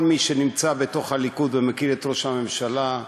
כל מי שנמצא בתוך הליכוד ומכיר את ראש הממשלה,